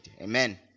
amen